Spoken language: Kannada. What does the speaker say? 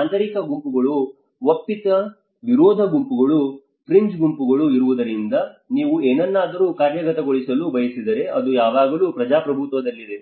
ಆಂತರಿಕ ಗುಂಪುಗಳು ಒಪ್ಪಿತ ವಿರೋಧ ಗುಂಪುಗಳು ಫ್ರಿಂಜ್ ಗುಂಪುಗಳು ಇರುವುದರಿಂದ ನೀವು ಏನನ್ನಾದರೂ ಕಾರ್ಯಗತಗೊಳಿಸಲು ಬಯಸಿದರೆ ಅದು ಯಾವಾಗಲೂ ಪ್ರಜಾಪ್ರಭುತ್ವದಲ್ಲಿದೆ